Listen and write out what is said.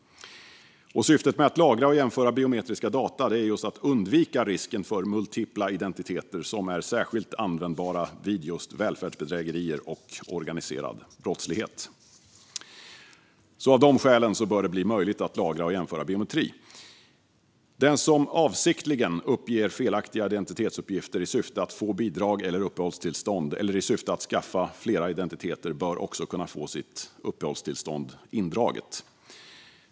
Syftet med att lagra och jämföra biometriska data är just att undvika risken för multipla identiteter som är särskilt användbara vid just välfärdsbedrägerier och organiserad brottslighet. Av dessa skäl bör det bli möjligt att lagra och jämföra biometriska data. Den som avsiktligen uppger felaktiga identitetsuppgifter i syfte att få bidrag eller uppehållstillstånd eller i syfte att skaffa flera identiteter bör också kunna få sitt uppehållstillstånd indraget.